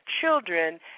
children